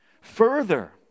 Further